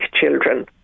children